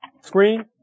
screen